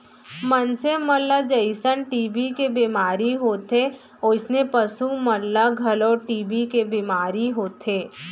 मनसे मन ल जइसन टी.बी के बेमारी होथे वोइसने पसु मन ल घलौ टी.बी के बेमारी होथे